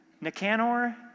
Nicanor